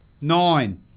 Nine